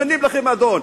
ממנים לכם אדון.